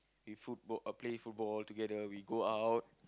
we football play football together we go out